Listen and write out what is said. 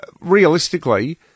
realistically